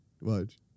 Watch